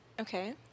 Okay